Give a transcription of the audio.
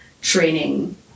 training